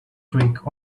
trick